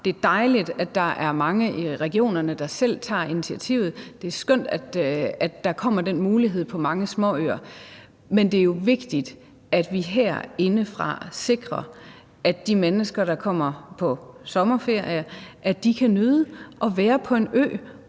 Det er dejligt, at der er mange i regionerne, der selv tager initiativet. Det er skønt, at der kommer den mulighed på mange småøer. Men det er jo vigtigt, at vi herindefra sikrer, at de mennesker, der kommer på sommerferie, kan nyde at være på en ø,